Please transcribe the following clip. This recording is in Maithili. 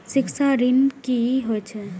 शिक्षा ऋण की होय छै?